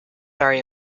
very